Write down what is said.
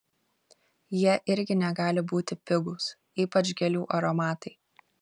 jie irgi negali būti pigūs ypač gėlių aromatai